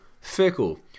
Fickle